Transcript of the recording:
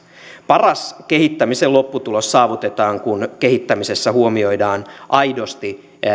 paras kehittämisen lopputulos saavutetaan kun kehittämisessä huomioidaan aidosti